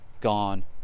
Gone